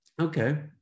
Okay